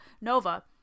Nova